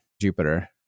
Jupiter